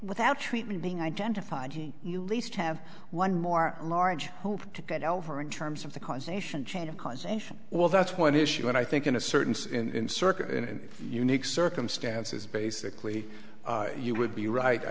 without treatment being identified you least have one more large hope to get over in terms of the causation chain of causation well that's one issue and i think in a certain sense in circuit in unique circumstances basically you would be right i